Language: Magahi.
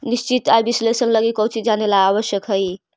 निश्चित आय विश्लेषण लगी कउची जानेला आवश्यक हइ?